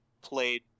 played